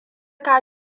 ka